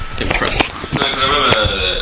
impressive